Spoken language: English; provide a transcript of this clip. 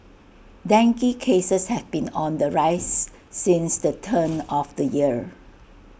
dengue cases have been on the rise since the turn of the year